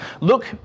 Look